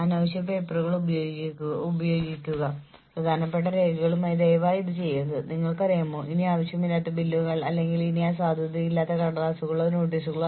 അതിനാൽ മാനേജ്മെന്റ് റാങ്കുകളിലേക്കോ ഓർഗനൈസേഷണൽ ശ്രേണിയിലേക്കോ മാറുന്നത് ശമ്പളത്തിൽ ഗണ്യമായ വർദ്ധനവ് നേടാനുള്ള ഒരേയൊരു മാർഗ്ഗമല്ല